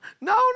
no